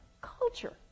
culture